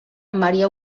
maria